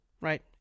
Right